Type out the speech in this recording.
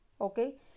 okay